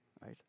right